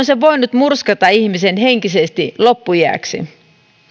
se voinut murskata ihmisen henkisesti loppuiäksi